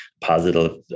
positive